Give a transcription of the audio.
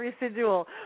residual